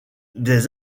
des